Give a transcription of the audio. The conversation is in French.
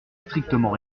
strictement